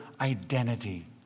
identity